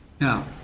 Now